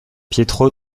pietro